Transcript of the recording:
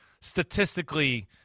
statistically